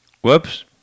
Whoops